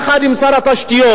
יחד עם שר התשתיות,